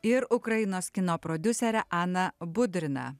ir ukrainos kino prodiusere ana budrina